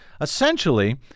essentially